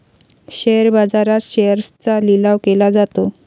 share बाजारात शेअर्सचा लिलाव केला जातो